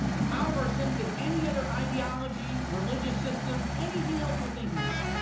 out of our sense that any other ideology, religious system, anything else we're thinking of